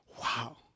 Wow